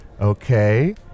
Okay